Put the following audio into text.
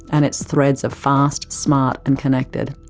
and its threads of fast, smart and connected,